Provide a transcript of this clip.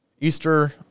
Easter